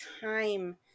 time